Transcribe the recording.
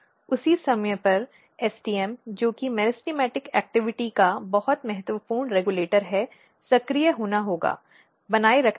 उसी समय पर STM जो कि मेरिस्टेमेटिक गतिविधि का बहुत महत्वपूर्ण रेगुलेटर है सक्रिय होना होगा बनाए रखने के लिए